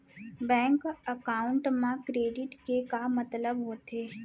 Bank account मा credit के का मतलब होथे?